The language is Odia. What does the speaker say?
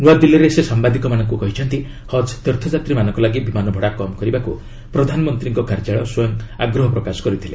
ନୂଆଦିଲ୍ଲୀରେ ସେ ସାମ୍ବାଦିକମାନଙ୍କୁ କହିଛନ୍ତି ହକ୍ ତୀର୍ଥଯାତ୍ରୀମାନଙ୍କ ଲାଗି ବିମାନ ଭଡ଼ା କମ୍ କରିବାକୁ ପ୍ରଧାନମନ୍ତ୍ରୀ କାର୍ଯ୍ୟାଳୟ ସ୍ୱୟଂ ଆଗ୍ରହ ପ୍ରକାଶ କରିଥିଲେ